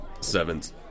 Sevens